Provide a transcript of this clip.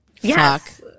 Yes